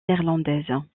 néerlandaise